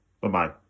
Bye-bye